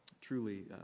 truly